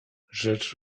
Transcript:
rzecz